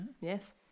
Yes